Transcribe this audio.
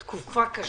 זו תקופה קשה